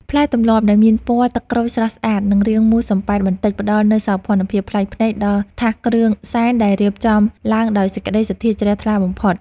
ផ្លែទម្លាប់ដែលមានពណ៌ទឹកក្រូចស្រស់ស្អាតនិងរាងមូលសំប៉ែតបន្តិចផ្តល់នូវសោភ័ណភាពប្លែកភ្នែកដល់ថាសគ្រឿងសែនដែលរៀបចំឡើងដោយសេចក្តីសទ្ធាជ្រះថ្លាបំផុត។